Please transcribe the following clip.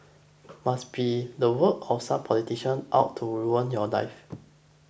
must be the work of some politician out to ruin your life